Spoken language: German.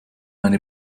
eine